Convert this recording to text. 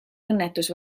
õnnetus